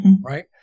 right